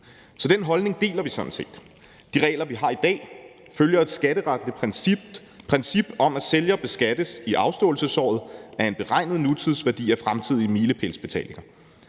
Så den holdning deler vi sådan set. De regler, vi har i dag, følger et skatteretligt princip om, at sælger beskattes i afståelsesåret af en beregnet nutidsværdi af fremtidige milepælsbetalinger.